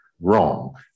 wrong